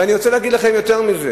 ואני רוצה להגיד לכם יותר מזה,